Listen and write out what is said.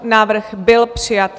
Návrh byl přijat.